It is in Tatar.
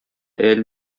әле